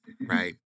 Right